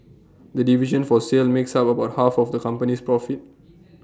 the division for sale makes up about half of the company's profit